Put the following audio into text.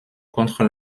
contre